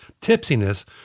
tipsiness